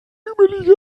krümelige